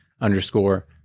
underscore